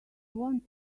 want